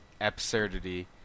absurdity